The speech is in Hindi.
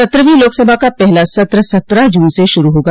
सत्रहवीं लोकसभा का पहला सत्र सत्रह जून से शुरू होगा